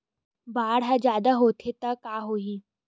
बाढ़ ह जादा होथे त का होही?